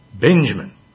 Benjamin